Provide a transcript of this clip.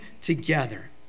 together